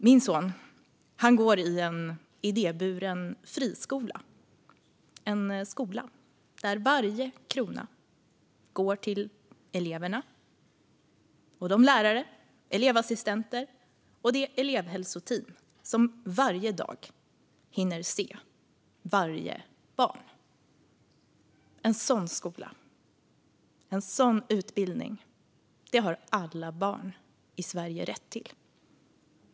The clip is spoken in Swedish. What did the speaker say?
Min son går i en idéburen friskola, en skola där varje krona går till eleverna och de lärare, de elevassistenter och det elevhälsoteam som varje dag hinner se varje barn. En sådan skola och en sådan utbildning har alla barn i Sverige rätt till.